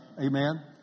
Amen